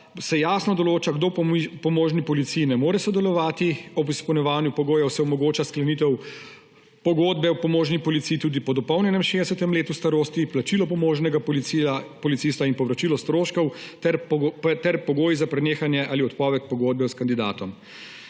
se jasno določa, kdo v pomožni policiji ne more sodelovati. Ob izpolnjevanju pogojev se omogoča sklenitev pogodbe o pomožni policiji tudi po dopolnjenem 60. letu starosti, plačilo pomožnega policista in povračilo stroškov ter pogoji za prenehanje ali odpoved pogodbe s kandidatom.